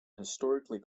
historically